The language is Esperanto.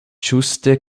ĝuste